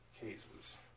cases